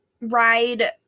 ride